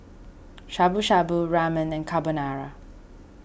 Shabu Shabu Ramen and Carbonara